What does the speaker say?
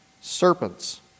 Serpents